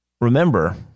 remember